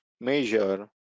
Measure